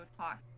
talk